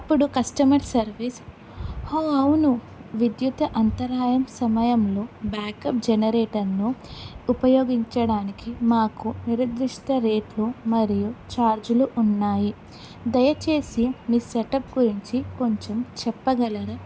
అప్పుడు customer service హో అవును విద్యుత్ అంతరాయం సమయంలో బ్యాకప్ జనరేటర్ను ఉపయోగించడానికి మాకు నిర్దిష్ట రేట్లు మరియు ఛార్జ్లు ఉన్నాయి దయచేసి మీ సెటప్ గురించి కొంచెం చెప్పగలరా